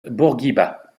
bourguiba